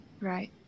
Right